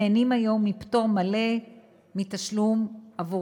נהנים היום מפטור מלא מתשלום עבור